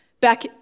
Back